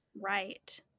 Right